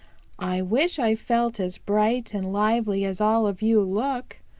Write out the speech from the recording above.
i wish i felt as bright and lively as all of you look.